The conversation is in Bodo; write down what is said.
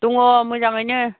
दङ मोजाङैनो